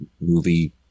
movie